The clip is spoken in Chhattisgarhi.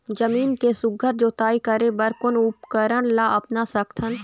जमीन के सुघ्घर जोताई करे बर कोन उपकरण ला अपना सकथन?